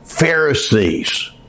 Pharisees